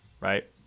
right